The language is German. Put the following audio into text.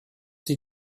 sie